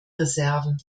reserven